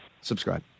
Subscribe